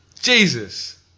Jesus